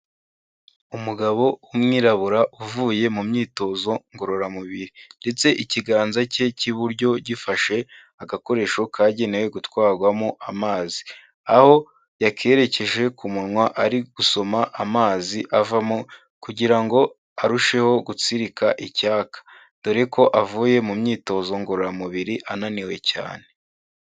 Umugabo w'umwirabura uvuye mu myitozo ngororamubiri ndetse ikiganza cye cy'iburyo gifashe agakoresho kagenewe gutwarwamo amazi, aho yakererekeje ku munwa ari gusoma amazi avamo kugira ngo arusheho gutsirika icyaka, dore ko avuye mu myitozo ngororamubiri ananiwe cyane.